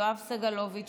יואב סגלוביץ',